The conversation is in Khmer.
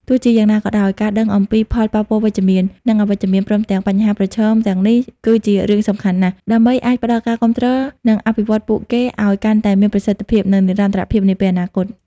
ទោះជាយ៉ាងណាក៏ដោយ ការដឹងអំពីផលប៉ះពាល់វិជ្ជមាន និងអវិជ្ជមាន ព្រមទាំងបញ្ហាប្រឈមទាំងនេះ គឺជារឿងសំខាន់ណាស់ ដើម្បីអាចផ្តល់ការគាំទ្រ និងអភិវឌ្ឍន៍ពួកគេឲ្យកាន់តែមានប្រសិទ្ធភាព និងនិរន្តរភាពនាពេលអនាគត។